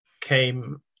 came